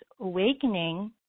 awakening